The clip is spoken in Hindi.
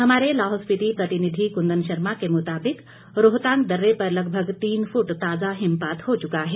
हमारे लाहौल स्पिति प्रतिनिधि कुंदन शर्मा के मुताबिक रोहतांग दर्रे पर लगभग तीन फूट ताजा हिमपात हो चुका है